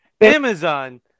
Amazon